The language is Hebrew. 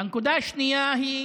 הנקודה השנייה היא